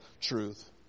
truth